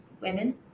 women